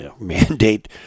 mandate